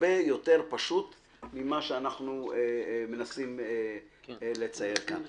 הרבה יותר פשוט ממה שאנחנו מנסים לצייר כאן.